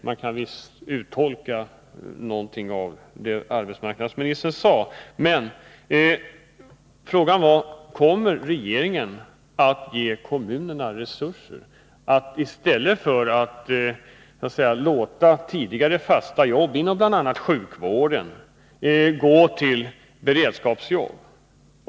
Man kan visst uttolka någonting av det arbetsmarknadsministern sade. Men frågan var: Kommer regeringen att ge kommunerna resurser i stället för att låta tidigare fasta jobb inom bl.a. sjukvården gå till beredskapsjobb?